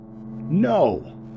No